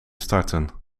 starten